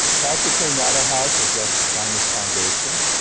practically not a house was left on its foundation.